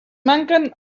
manquen